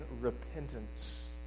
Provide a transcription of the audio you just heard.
repentance